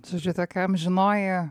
su šitokia amžinoji